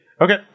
Okay